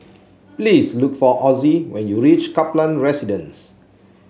please look for Ozzie when you reach Kaplan Residence